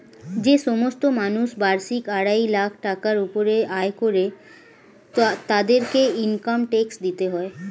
যে সমস্ত মানুষ বার্ষিক আড়াই লাখ টাকার উপরে আয় করে তাদেরকে ইনকাম ট্যাক্স দিতে হয়